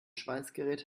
schweißgerät